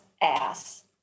ass